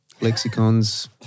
Lexicons